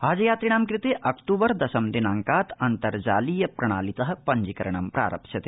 हज हज यात्रिणां कृते अक्तूबर दशम दिनांकात् अन्तर्जालीय प्रणालीत पञ्जीकरणं प्रारप्स्यते